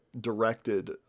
directed